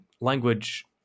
language